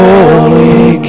Holy